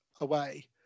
away